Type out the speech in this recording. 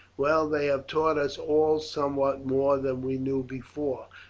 well, they have taught us all somewhat more than we knew before,